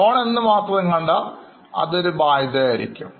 Loan എന്ന് മാത്രം കണ്ടാൽ അത് ഒരു ബാധ്യത ആയിരിക്കും